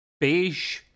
beige